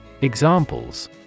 Examples